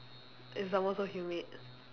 and some more so humid